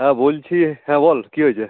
হ্যাঁ বলছি হ্যাঁ বল কী হয়েছে